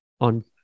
on